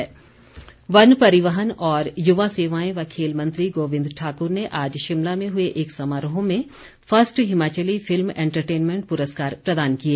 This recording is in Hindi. गोबिंद ठाकूर वन परिवहन और युवा सेवाएं व खेल मंत्री गोबिंद ठाकुर ने आज शिमला में हुए एक समारोह में फर्स्ट हिमाचली फिल्म ऐंटरटेनमेंट प्रदान किए